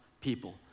people